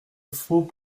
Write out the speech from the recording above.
faux